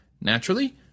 Naturally